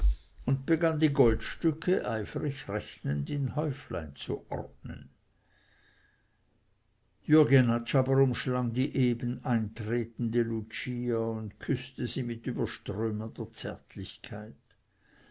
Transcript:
und begann die goldstücke eifrig rechnend in häuflein zu ordnen jürg jenatsch aber umschlang die eben eintretende lucia und küßte sie mit überströmender zärtlichkeit